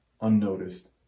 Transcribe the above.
unnoticed